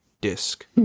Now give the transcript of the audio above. disc